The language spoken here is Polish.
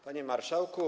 Panie Marszałku!